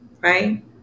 right